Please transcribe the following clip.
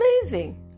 amazing